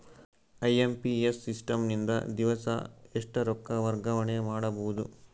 IMPS system ನಿಂದ ದಿವಸಾ ಎಷ್ಟ ರೊಕ್ಕ ವರ್ಗಾವಣೆ ಮಾಡಬಹುದು?